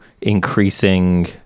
increasing